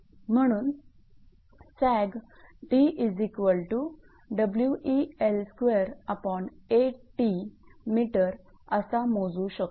म्हणून सॅग असा मोजू शकतो